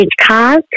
cars